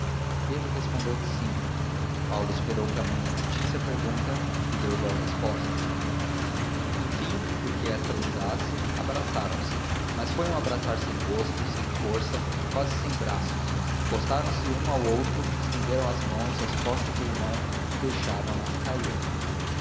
pedro respondeu que sim paulo esperou que a mãe repetisse a pergunta e deu igual resposta enfim porque esta mandasse abraçaram-se mas foi um abraçar sem gosto sem força quase sem braços encostaram se um ao outro estenderam as mãos às costas do irmão e deixaram nas cair